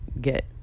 get